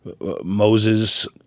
Moses